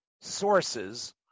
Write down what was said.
sources